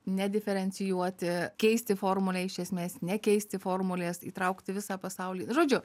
nediferencijuoti keisti formulę iš esmės nekeisti formulės įtraukti visą pasaulį žodžiu